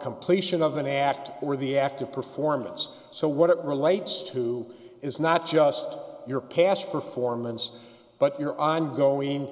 completion of an act or the act of performance so what it relates to is not just your past performance but your ongoing